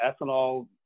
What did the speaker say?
ethanol